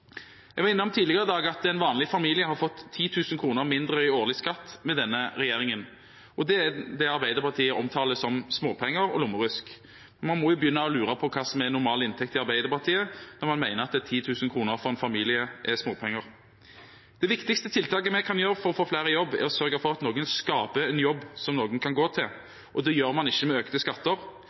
Jeg var tidligere i dag innom at en vanlig familie har fått 10 000 kr mindre i årlig skatt med denne regjeringen, og det er det Arbeiderpartiet omtaler som småpenger og lommerusk. Man må begynne å lure på hva som er normal inntekt i Arbeiderpartiet, når en mener at 10 000 kr for en familie er småpenger. Det viktigste tiltaket vi kan gjøre for å få flere i jobb, er å sørge for at noen skaper en jobb som noen kan gå til. Det gjør man ikke med økte skatter.